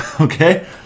Okay